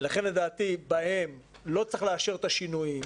ולכן לדעתי בהם לא צריך לאשר את השינויים,